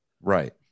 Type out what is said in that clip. right